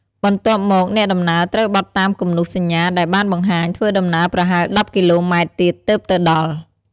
បន្ទាប់មកអ្នកដំណើរត្រូវបត់តាមគំនូសសញ្ញាដែលបានបង្ហាញ ធ្វើដំណើរប្រហែល១០គីឡូម៉ែត្រទៀតទើបទៅដល់។